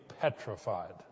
petrified